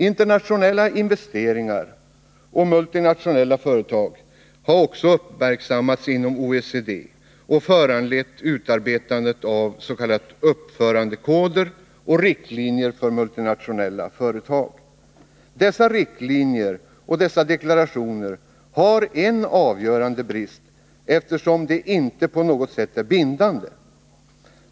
Internationella investeringar och multinationella företag har också uppmärksammats inom OECD och föranlett utarbetandet av s.k. uppförandekoder och riktlinjer för multinationella företag. Dessa riktlinjer och deklarationer har en avgörande brist, eftersom de inte på något sätt är bindande.